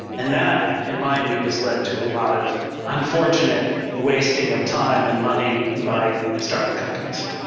and that in my view has led to a lot of unfortunate wasting of time and money by start-up companies.